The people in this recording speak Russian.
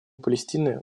палестины